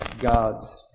God's